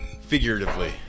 figuratively